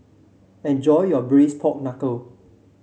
enjoy your Braised Pork Knuckle